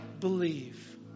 believe